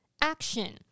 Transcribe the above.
action